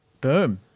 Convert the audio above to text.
Boom